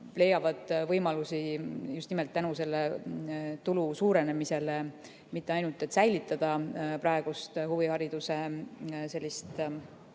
leiavad võimalusi just nimelt tänu selle tulu suurenemisele mitte ainult säilitada praegust huvihariduse pakkumist,